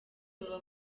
baba